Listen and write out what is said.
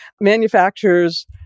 manufacturers